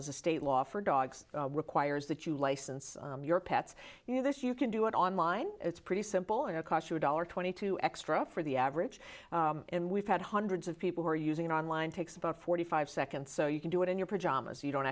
as a state law for dogs requires that you license your pets you know this you can do it online it's pretty simple and it cost you a dollar twenty two extra for the average and we've had hundreds of people who are using online takes about forty five seconds so you can do it in your pajamas you don't